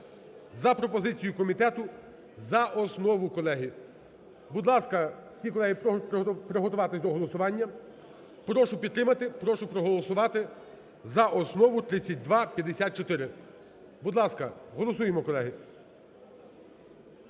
за пропозицією комітету за основу, колеги. Будь ласка, всі колеги, прошу приготуватись до голосування. Прошу підтримати. Прошу проголосувати за основу 3254. Будь ласка, голосуємо, колеги.